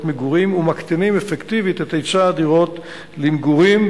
מגורים ומקטינים אפקטיבית את היצע הדירות למגורים,